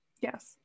yes